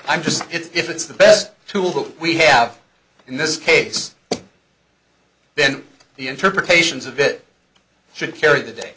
i'm just if it's the best tool that we have in this case then the interpretations of it should carry the day